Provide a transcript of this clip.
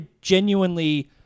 genuinely